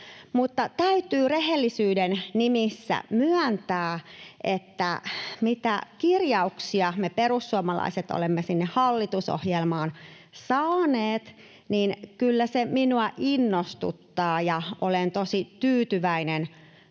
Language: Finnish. täytyy rehellisyyden nimissä myöntää, että se, mitä kirjauksia me perussuomalaiset olemme sinne hallitusohjelmaan saaneet, kyllä minua innostuttaa ja olen tosi tyytyväinen